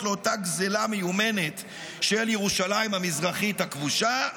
לאותה גזלה מיומנת של ירושלים המזרחית הכבושה,